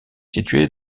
situé